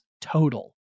total